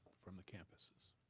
from the campuses?